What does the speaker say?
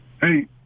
Hey